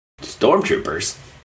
Stormtroopers